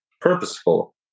purposeful